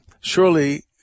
surely